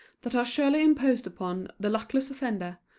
that are surely imposed upon the luckless offender,